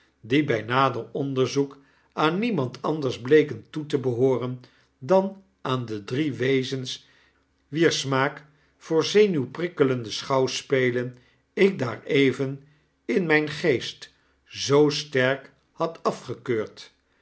die bg nader onderzoek aan niemand anders bleken toe te behooren dan aan de drie wezens wier smaak voor zenuwprikkelende schouwspelen ik daar even in mgn geest zoo sterk had afgekeurd